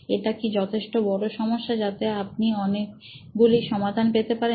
এটা কি যথেষ্ট বোরো সমস্যা যাতে আপনি অনেকগুলি সমাধান পেতে পারেন